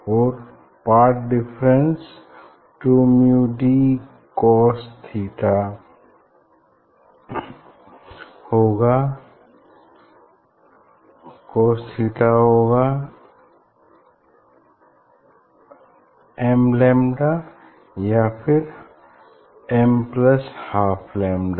और path difference two mu d cos theta होगा m या एम लैम्डा या एम प्लस हाफ लैम्डा